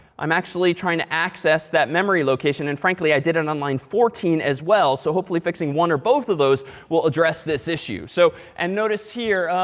i'm actually trying to access that memory location and frankly i did it on line fourteen as well. so hopefully fixing one or both of those will address this issue. so and notice here,